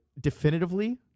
definitively